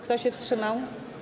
Kto się wstrzymał?